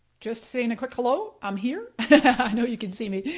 just saying a quick hello, i'm here. i know you can see me.